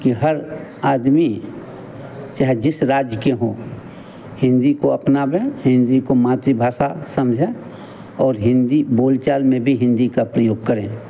कि हर आदमी चहे जिस राज्य के हों हिन्दी को अपनाएं हिन्दी को मातृभाषा समझें और हिन्दी बोल चाल में भी हिन्दी का प्रयोग करें